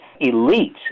elite